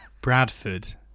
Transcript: Bradford